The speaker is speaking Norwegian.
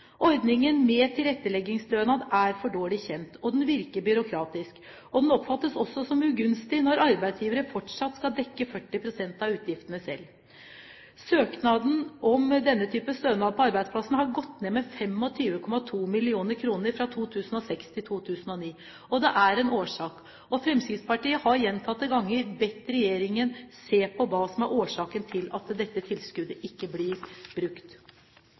Ordningen med tilretteleggingsstønad er for dårlig kjent, den virker byråkratisk, og den oppfattes også som ugunstig når arbeidsgivere fortsatt skal dekke 40 pst. av utgiftene selv. Søknad om denne type stønad på arbeidsplassen har gått ned med 25,2 mill. kr fra 2006 til 2009 – og det er en årsak til det. Fremskrittspartiet har gjentatte ganger bedt regjeringen om å se på hva som er årsaken til at dette tilskuddet ikke blir brukt.